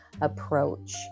approach